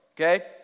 okay